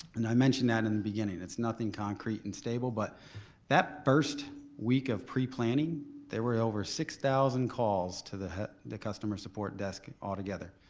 and i mentioned that in the beginning. it's nothing concrete and stable but that first week of pre-planning there were over six thousand calls to the the customer support desk altogether,